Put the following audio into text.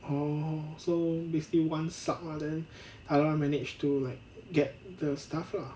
orh so basically one suck lah then other one managed to like get the stuff lah